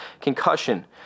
concussion